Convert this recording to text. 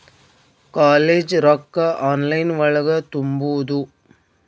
College ರೊಕ್ಕ online ಒಳಗ ತುಂಬುದು?